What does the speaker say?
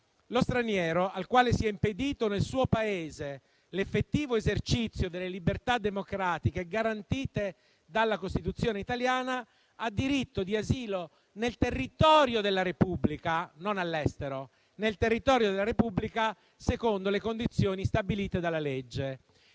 «Lo straniero, al quale sia impedito nel suo Paese l'effettivo esercizio delle libertà democratiche garantite dalla Costituzione italiana, ha diritto d'asilo nel territorio della Repubblica» - non all'estero - «secondo le condizioni stabilite dalla legge».